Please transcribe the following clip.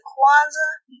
Kwanzaa